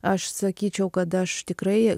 aš sakyčiau kad aš tikrai